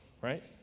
right